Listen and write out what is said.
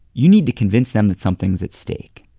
you need to convince them that something's at stake.